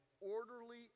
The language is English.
orderly